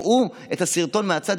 אם יראו את הסרטון מהצד,